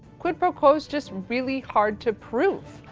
quid pro quo is just really hard to prove.